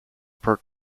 per